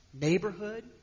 neighborhood